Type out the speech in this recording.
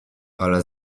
ale